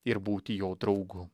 ir būti jo draugu